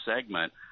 segment